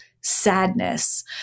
sadness